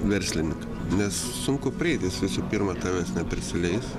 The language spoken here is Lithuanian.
verslininką nes sunku prieit jis visų pirma tavęs neprisileis